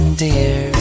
dear